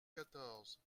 quatorze